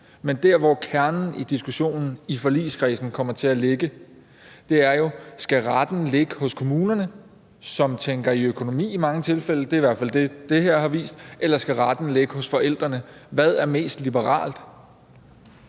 til at være kernen i diskussionen i forligskredsen, er jo: Skal retten ligge hos kommunerne, som i mange tilfælde tænker i økonomi – det er i hvert fald det, som det her har vist – eller skal retten ligge hos forældrene? Hvad er mest liberalt?